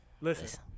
listen